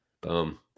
Boom